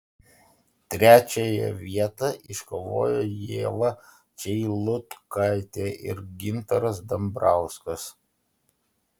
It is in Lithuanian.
trečiąją vietą iškovojo ieva čeilutkaitė ir gintaras dambrauskas